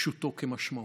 פשוטו כמשמעו.